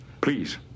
Please